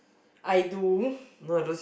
I do